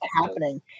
happening